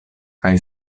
kaj